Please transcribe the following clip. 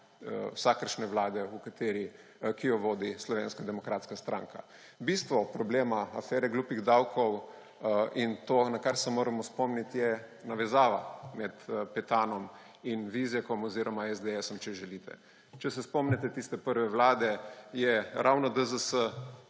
vsakršne vlade, ki jo vodi Slovenske demokratska stranka. Bistvo problema afere »glupih davkov« in to, na kar se moremo spomniti, je navezava med Petanom in Vizjakom oziroma SDS, če želite. Če se spomnite tiste prve vlade, je ravno DZS,